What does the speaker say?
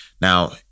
Now